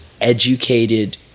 educated